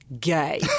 gay